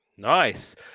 Nice